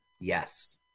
Yes